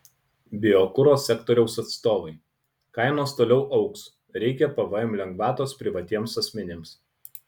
biokuro sektoriaus atstovai kainos toliau augs reikia pvm lengvatos privatiems asmenims